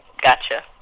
gotcha